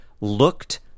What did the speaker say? looked